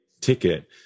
ticket